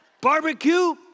barbecue